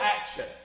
action